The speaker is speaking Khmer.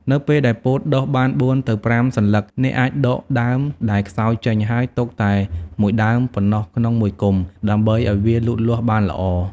នៅពេលដែលពោតដុះបាន ៤ ទៅ ៥ សន្លឹក អ្នកអាចដកដើមដែលខ្សោយចេញ ហើយទុកតែមួយដើមប៉ុណ្ណោះក្នុងមួយគុម្ព ដើម្បីឱ្យវាលូតលាស់បានល្អ។